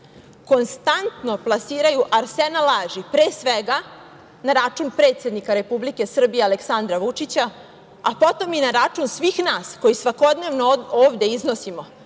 konstantno plasiraju arsenal laži, pre svega, na račun predsednika Republike Srbije Aleksandra Vučića, a potom i na račun svih nas koji svakodnevno ovde iznosimo